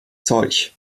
zeug